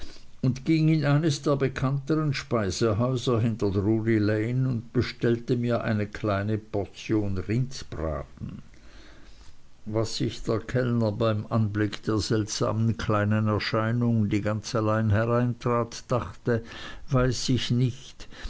und ging in eine der bekannteren speisehäuser hinter drury lane und bestellte mir eine kleine portion rindsbraten was sich der kellner beim anblick der seltsamen kleinen erscheinung die ganz allein hereintrat dachte weiß ich nicht